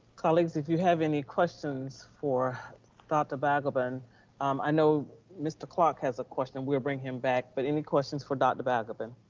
colleagues, if you have any questions for dr. balgobin i know mr. clark has a question. we'll bring him back, but any questions for dr. balgobin?